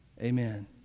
Amen